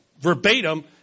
verbatim